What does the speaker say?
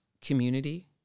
community